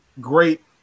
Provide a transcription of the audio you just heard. great